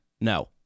No